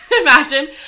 imagine